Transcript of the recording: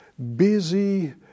busy